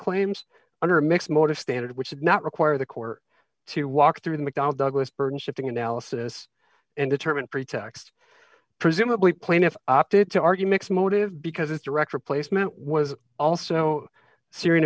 claims under mixed motive standard which did not require the court to walk through the mcdonnell douglas burton shifting analysis and determine pretext presumably plaintiff opted to argue mixed motive because its direct replacement was also syrian